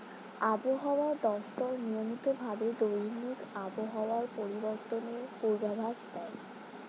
আবহাওয়া দপ্তর নিয়মিত ভাবে দৈনিক আবহাওয়া পরিবর্তনের পূর্বাভাস দেয়